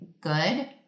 good